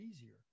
easier